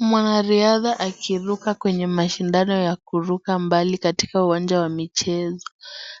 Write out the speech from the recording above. Mwanariadha akiruka kwenye mashindano ya kuruka mbali katika uwanja wa michezo